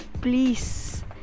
please